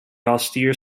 austere